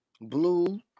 Blue